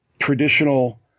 traditional